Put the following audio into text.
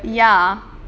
ya